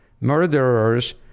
murderers